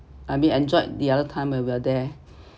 I mean enjoyed the other time when we're there